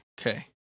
Okay